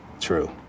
true